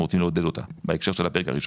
רוצים לעודד אותה בהקשר של הפרק הראשון.